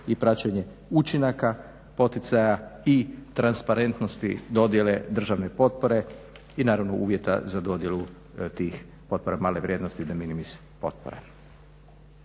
i praćenje učinaka, poticaja i transparentnosti dodjele državne potpore i naravno uvjeta za dodjelu tih potpora male vrijednosti de minimis potpora.